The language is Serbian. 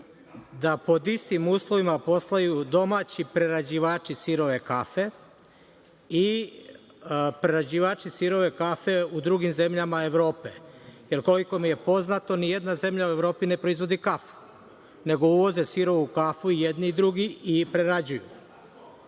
da pod istim uslovima posluju domaći prerađivači sirove kafe i prerađivači sirove kafe u drugim zemljama Evrope, jer koliko mi je poznato ni jedna zemlja u Evropi ne proizvodi kafu, nego uvoze sirovu kafu jedni i drugi i prerađuju.